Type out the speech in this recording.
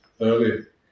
earlier